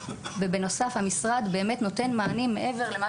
בנוסף המשרד באמת נותן מענים מעבר למה